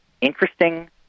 interesting